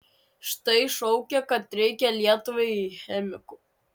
štai šaukia kad reikia lietuvai chemikų